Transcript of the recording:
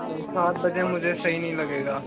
नहीं सात बजे मुझे सही नहीं लगेगा